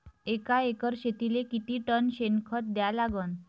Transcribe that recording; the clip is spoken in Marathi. एका एकर शेतीले किती टन शेन खत द्या लागन?